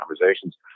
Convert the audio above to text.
conversations